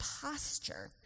posture